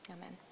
Amen